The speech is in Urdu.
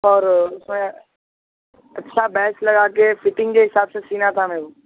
اور اس میں اچھا بیچ لگا کے فٹنگ کے حساب سے سینا تھا میرے کو